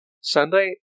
Sunday